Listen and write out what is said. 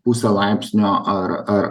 pusė laipsnio ar ar